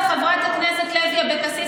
חברת הכנסת לוי אבקסיס,